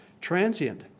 Transient